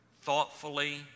thoughtfully